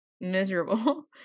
miserable